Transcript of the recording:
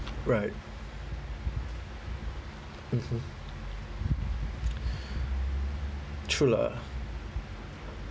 right mmhmm true lah